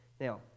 Now